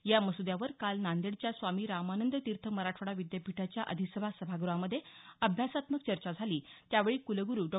या मस्द्यावर काल नांदेडच्या स्वामी रामानंद तीर्थ मराठवाडा विद्यापीठाच्या अधिसभा सभागृहामध्ये अभ्यासात्मक चर्चा झाली त्यावेळी कुलगुरू डॉ